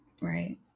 Right